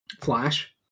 Flash